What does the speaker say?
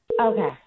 Okay